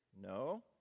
no